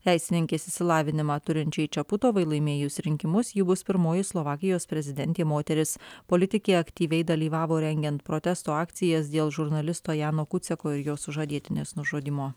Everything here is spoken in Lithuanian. teisininkės išsilavinimą turinčiai čiaputovai laimėjus rinkimus ji bus pirmoji slovakijos prezidentė moteris politikė aktyviai dalyvavo rengiant protesto akcijas dėl žurnalisto jano kucėko ir jo sužadėtinės nužudymo